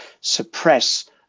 suppress